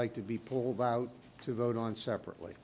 like to be pulled out to vote on separately